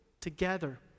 together